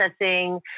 processing